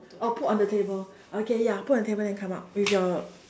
oh put on the table okay ya put on the table then come out with your